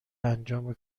انجام